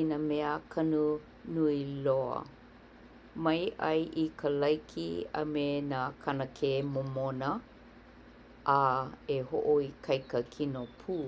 i nā mea kanu nui loa. Mai ʻai i ka laiki a me nā kanakē momona, a e hoʻoikaika kino pū.